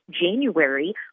January